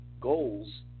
goals